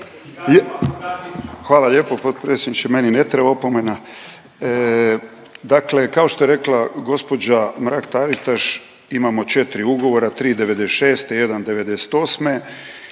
Hvala lijepo potpredsjedniče. Meni ne treba opomena. Dakle, kao što je rekla gospođa Mrak Taritaš imamo 4 ugovora, 3 '96., 1 '98.